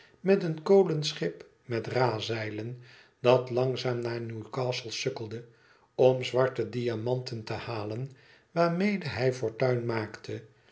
met een kolenschip met razeilen dat langzaam naar newcastle sukkelde om zwarte diamanten te halen waarmede hij fortuin maakte